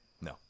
No